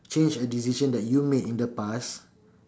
change a decision that you made in the past